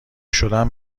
شدم